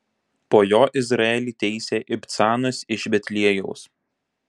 po jo izraelį teisė ibcanas iš betliejaus